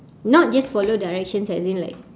not just follow directions as in like